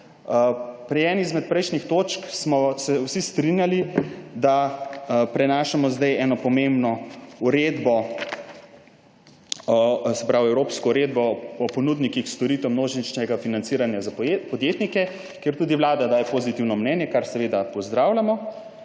Pri eni izmed prejšnjih točk smo se vsi strinjali, da zdaj prenašamo eno pomembno evropsko uredbo o ponudnikih storitev množičnega financiranja za podjetnike, kjer tudi Vlada daje pozitivno mnenje, kar seveda pozdravljamo.